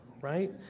right